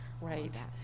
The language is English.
right